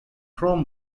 chrome